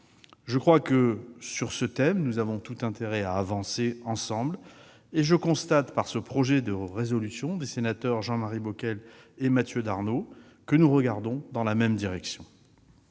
Je crois que, sur ce thème, nous avons tout intérêt à avancer ensemble et je constate par le biais de cette proposition de résolution des sénateurs Jean-Marie Bockel et Mathieu Darnaud que nous regardons dans la même direction.